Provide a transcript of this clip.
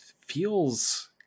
feels